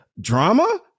drama